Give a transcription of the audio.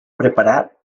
preparar